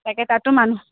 সেগেতাতো মানুহ